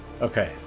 Okay